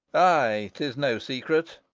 aye, tis no secret.